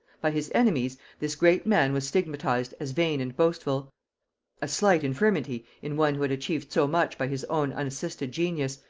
by his enemies, this great man was stigmatized as vain and boastful a slight infirmity in one who had achieved so much by his own unassisted genius,